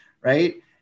Right